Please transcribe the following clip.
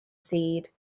seed